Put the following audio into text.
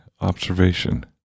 observation